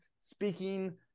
speaking